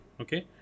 okay